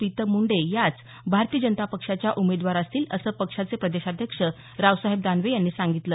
प्रितम मुंडे याच भारतीय जनता पक्षाच्या उमेदवार असतील असं पक्षाचे प्रदेशाध्यक्ष रावसाहेब दानवे यांनी सांगितलं